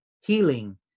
healing